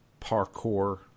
parkour